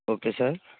okay sir